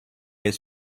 his